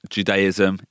Judaism